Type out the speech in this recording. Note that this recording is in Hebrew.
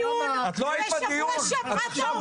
דיון --- את לא היית בדיון בכלל, את באת עכשיו.